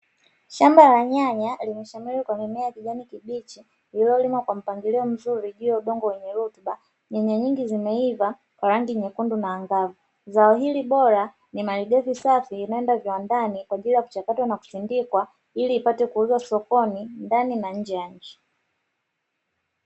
Shamba la nyanya limeshamiri kwa mimea ya kijani kibichi ilolimwa kwa mpangilio mzuri juu ya udongo wenye rutuba, nyanya nyingi zimeiva kwa rangi nyekundu na angavu. Zao hili bora ni maligafi safi inayoenda viwandani kwa ajili ya kuchakatwa na kusindikwa ili ipate kuuzwa sokoni ndani na nje ya nchi.